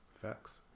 facts